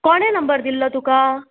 कोणे नंबर दिल्लो तुका